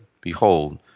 Behold